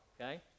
Okay